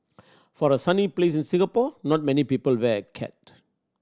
for a sunny place as Singapore not many people wear a cat